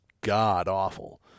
god-awful